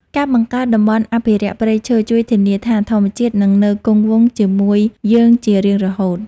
ការបង្កើតតំបន់អភិរក្សព្រៃឈើជួយធានាថាធម្មជាតិនឹងនៅគង់វង្សជាមួយយើងជារៀងរហូត។